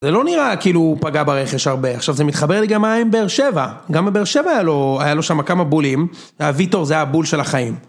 זה לא נראה כאילו הוא פגע ברכש הרבה, עכשיו זה מתחבר לגמרי עם באר שבע, גם בבאר שבע היה לו שם כמה בולים, הוויטור זה היה הבול של החיים.